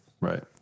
Right